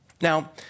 Now